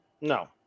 No